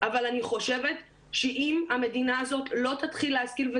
אבל אני חושבת שאם המדינה הזאת לא תתחיל להשכיל,